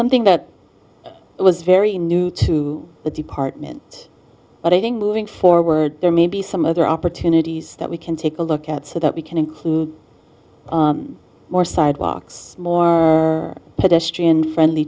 something that was very new to the department but i think moving forward there may be some other opportunities that we can take a look at so that we can include more sidewalks more pedestrian friendly